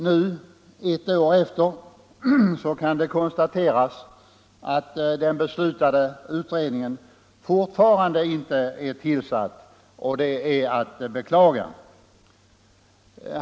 Nu, ett år senare, kan det konstateras att den beslutade utredningen fortfarande inte är tillsatt, och det är att beklaga.